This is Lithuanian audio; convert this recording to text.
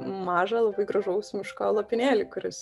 mažą labai gražaus miško lopinėlį kuris